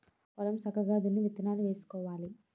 పొలం సక్కగా దున్ని విత్తనాలు వేసుకోవాలి